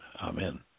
Amen